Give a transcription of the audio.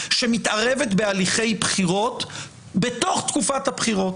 שמתערבת בהליכי בחירות בתוך תקופת הבחירות.